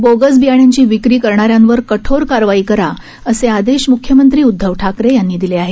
bogus बियाण्यांची विक्री करणाऱ्यांवर कठोर कारवाई करा असे आदेश म्ख्यमंत्री उद्धव ठाकरे यांनी दिले आहेत